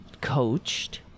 coached